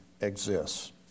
exists